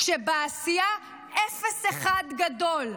כשבעשייה אפס אחד גדול.